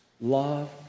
Love